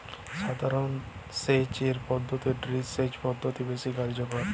সাধারণ সেচ এর চেয়ে ড্রিপ সেচ পদ্ধতি বেশি কার্যকর